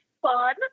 fun